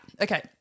Okay